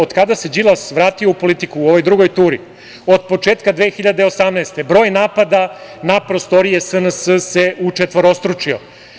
Od kada se Đilas vratio u politiku u ovoj drugoj turi od početka 2018. godine broj napada na prostorije SNS se učetvorostručio.